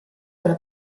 della